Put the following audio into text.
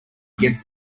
against